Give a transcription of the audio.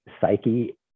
psyche